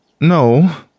no